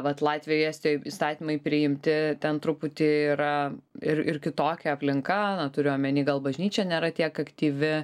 vat latvijoj estijoj įstatymai priimti ten truputį yra ir ir kitokia aplinka na turiu omeny gal bažnyčia nėra tiek aktyvi